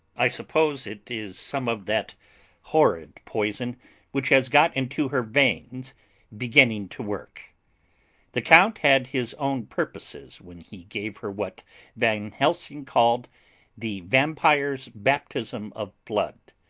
i suppose it is some of that horrid poison which has got into her veins beginning to work the count had his own purposes when he gave her what van helsing called the vampire's baptism of blood.